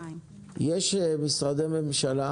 יש משרדי ממשלה